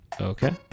Okay